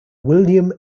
william